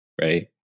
right